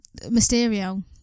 Mysterio